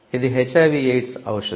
ఇది HIV AIDS ఔషదం